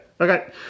Okay